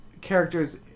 characters